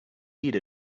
need